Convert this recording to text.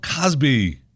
cosby